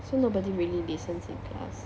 so nobody really listens in class